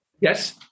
yes